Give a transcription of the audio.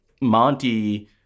Monty